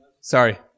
sorry